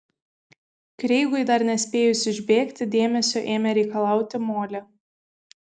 kreigui dar nespėjus išbėgti dėmesio ėmė reikalauti molė